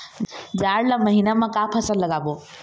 जाड़ ला महीना म का फसल लगाबो?